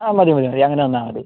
ആ മതി മതി അങ്ങനെ തന്നാൽ മതി